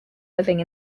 living